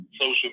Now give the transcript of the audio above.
Social